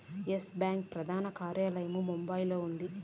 yes Bank ప్రధాన కార్యాలయం బొంబాయిలో ఉంది